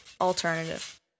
alternative